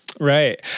Right